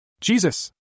Jesus